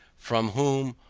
from whom,